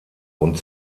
und